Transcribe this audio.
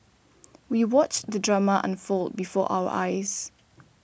we watched the drama unfold before our eyes